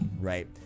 right